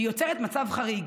והיא יוצרת מצב חריג.